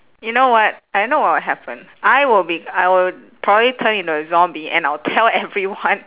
you know what I know what'll happen I will be I will probably turn into a zombie and I'll tell everyone